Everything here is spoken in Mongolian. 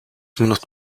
минут